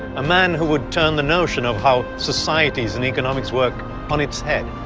a man who would turn the notion of how societies and economics work on its head,